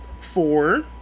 four